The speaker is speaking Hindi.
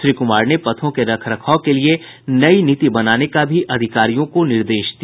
श्री कुमार ने पथों के रख रखाव के लिये नई नीति बनाने का भी अधिकारियों को निर्देश दिया